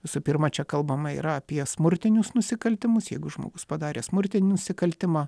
visų pirma čia kalbama yra apie smurtinius nusikaltimus jeigu žmogus padaręs smurtinį nusikaltimą